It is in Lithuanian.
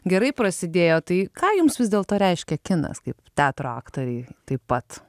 gerai prasidėjo tai ką jums vis dėlto reiškia kinas kaip teatro aktorei taip pat